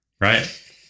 Right